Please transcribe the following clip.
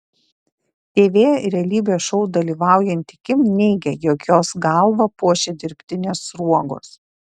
tv realybės šou dalyvaujanti kim neigia jog jos galvą puošia dirbtinės sruogos